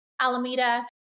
Alameda